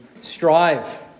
strive